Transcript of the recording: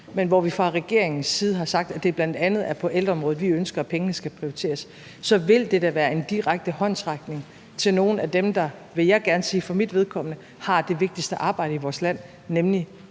men hvor vi fra regeringens side har sagt, at det bl.a. er på ældreområdet, vi ønsker at pengene skal prioriteres, så vil det da være en direkte håndsrækning til nogle af dem, vil jeg gerne sige for mit vedkommende, der har det vigtigste arbejde i vores land, nemlig